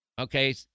Okay